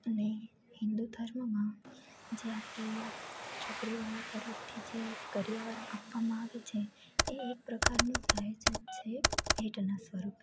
અને હિન્દુ ધર્મમાં જે આપણી છોકરી વાળા તરફથી જે કરિયાવર આપવામાં આવે છે એ એક પ્રકારનું દહેજ જ છે ભેટના સ્વરૂપે